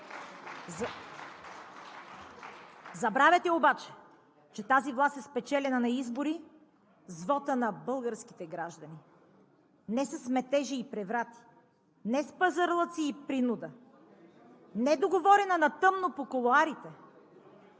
Забравяте обаче, че тази власт е спечелена на избори с вота на българските граждани – не с метежи и преврати, не с пазарлъци и принуда, не договорена на тъмно по кулоарите.